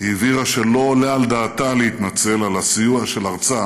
היא הבהירה שלא עולה על דעתה להתנצל על הסיוע של ארצה